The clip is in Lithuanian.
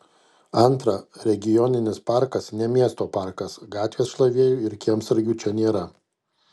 antra regioninis parkas ne miesto parkas gatvės šlavėjų ir kiemsargių čia nėra